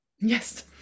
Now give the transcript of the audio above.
Yes